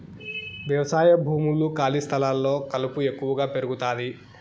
వ్యవసాయ భూముల్లో, ఖాళీ స్థలాల్లో కలుపు ఎక్కువగా పెరుగుతాది